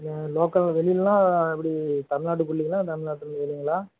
இங்கே லோக்கல் வெளியிலன்னா எப்படி தமிழ்நாட்டுகுள்ளைங்களா தமிழ்நாட்டுலந்து வெளியங்களா